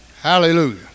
Hallelujah